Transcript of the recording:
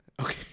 Okay